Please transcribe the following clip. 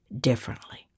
differently